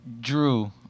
drew